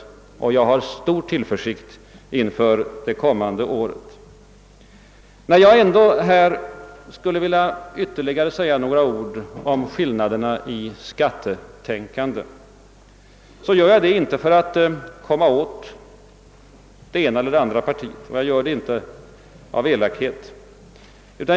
Jag har därför stor tillförsikt inför det kommande valet. När jag ändå här skulle vilja säga ytterligare några ord om skillnaderna på skatteområdet, gör jag inte detta för att komma åt det ena eller andra partiet, inte av elakhet.